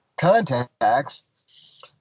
contacts